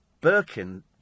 Birkin